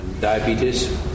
diabetes